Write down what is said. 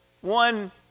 One